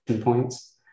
points